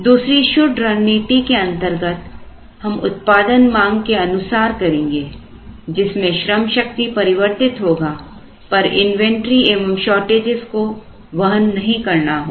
दूसरी शुद्ध रणनीति के अंतर्गत हम उत्पादन मांग के अनुसार करेंगे जिसमें श्रम शक्ति परिवर्तित होगा पर इन्वेंटरी एवं शॉर्टेज inventory shortage को वहन नहीं करनी होगी